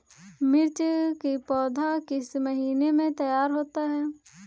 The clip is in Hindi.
मिर्च की पौधा किस महीने में तैयार होता है?